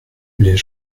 les